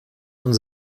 und